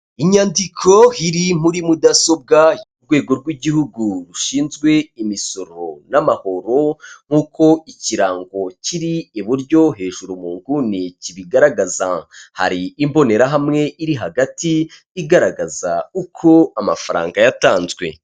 Inyandiko iri muri mudasobwa y'urwego rw'igihugu rushinzwe imisoro n'amahoro nk'uko ikirango kiri iburyo hejuru mu nguni kibigaragaza. Hari imbonerahamwe iri hagati igaragaza uko amafaranga yatanzwe.